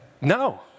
No